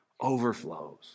overflows